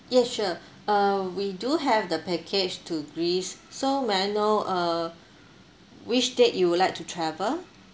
yes sure uh we do have the package to greece so may I know uh which date you would like to travel